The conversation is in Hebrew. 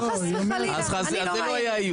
לא, חס וחלילה, אני לא מאיימת.